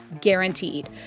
guaranteed